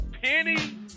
penny